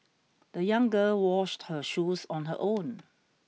the young girl washed her shoes on her own